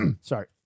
sorry